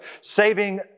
saving